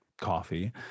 coffee